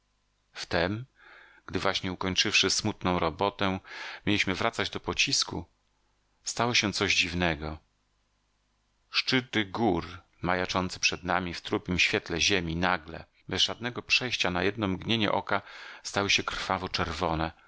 otamora wtem gdy właśnie ukończywszy smutną robotę mieliśmy wracać do pocisku stało się coś dziwnego szczyty gór majaczące przed nami w trupiem świetle ziemi nagle bez żadnego przejścia na jedno mgnienie oka stały się krwawo czerwone